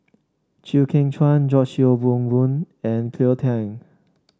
Chew Kheng Chuan George Yeo Wen Wen and Cleo Thang